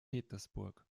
petersburg